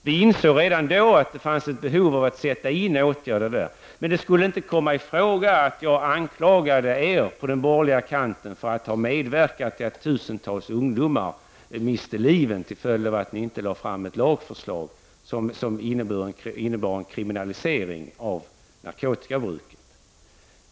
Vi insåg redan då att det fanns ett behov av att sätta in åtgärder där, men det skulle inte komma i fråga att jag anklagade er på den borgerliga kanten för att ha medverkat till att tusentals ungdomar miste livet till följd av att ni inte lade fram ett lagförslag som innebar en kriminalisering av narkotikabruket.